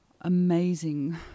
amazing